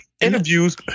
interviews